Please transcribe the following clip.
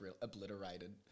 obliterated